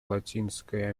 латинской